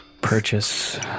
Purchase